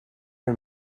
are